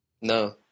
No